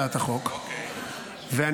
בדיוק, קח עוד הרבה אוויר.